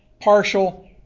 partial